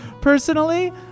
personally